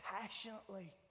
passionately